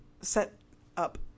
set-up